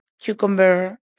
cucumber